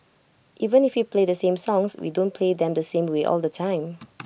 even play the same songs we don't play them the same way all the time